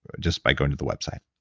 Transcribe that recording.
just by going to the website. i